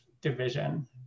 division